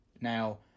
Now